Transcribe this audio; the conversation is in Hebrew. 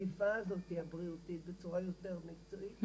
החליפה הזאת הבריאותית בצורה יותר מקצועית,